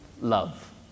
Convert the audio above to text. love